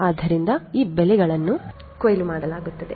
ಆದ್ದರಿಂದ ಈ ಬೆಳೆಗಳನ್ನು ಕೊಯ್ಲು ಮಾಡಲಾಗುತ್ತದೆ